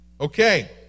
Okay